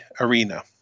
Arena